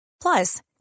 Plus